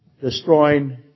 destroying